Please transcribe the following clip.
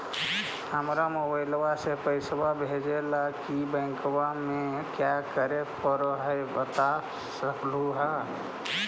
हमरा मोबाइलवा से केकरो पैसा भेजे ला की बैंकवा में क्या करे परो हकाई बता सकलुहा?